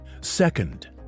Second